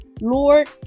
Lord